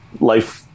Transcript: life